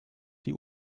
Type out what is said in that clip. die